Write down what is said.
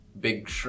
Big